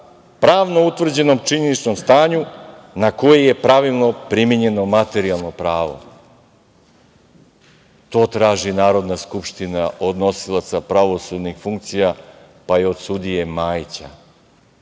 pravno utvrđenom činjeničnom stanju na koji je pravilno primenjeno materijalno pravo. To traži Narodna skupština od nosilaca pravosudnih funkcija, pa i od sudije Majića.